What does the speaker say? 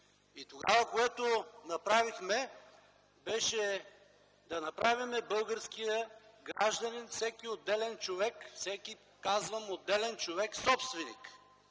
Това, което направихме тогава, беше да направим българския гражданин, всеки отделен човек – всеки, казвам, отделен човек, собственик.